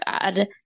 god